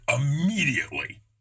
immediately